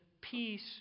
peace